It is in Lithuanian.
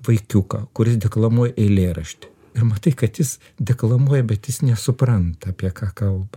vaikiuką kuris deklamuoja eilėraštį ir matai kad jis deklamuoja bet jis nesupranta apie ką kalba